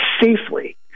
safely